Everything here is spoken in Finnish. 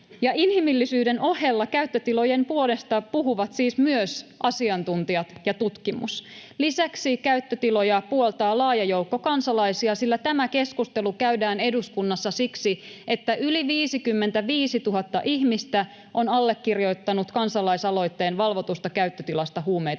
Inhimillisyyden ohella käyttötilojen puolesta puhuvat siis myös asiantuntijat ja tutkimus. Lisäksi käyttötiloja puoltaa laaja joukko kansalaisia, sillä tämä keskustelu käydään eduskunnassa siksi, että yli 55 000 ihmistä on allekirjoittanut kansalaisaloitteen valvotusta käyttötilasta huumeita